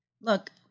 Look